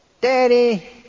Daddy